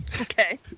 Okay